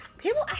People